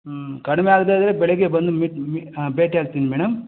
ಹ್ಞೂ ಕಡಿಮೆ ಆಗದೇ ಇದ್ದರೆ ಬೆಳಿಗ್ಗೆ ಬಂದು ಮೀಟ್ ಮೀ ಭೇಟಿ ಆಗ್ತೀನಿ ಮೇಡಮ್